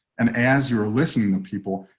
and as you're listening to people.